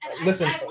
listen